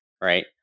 right